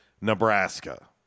Nebraska